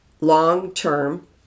long-term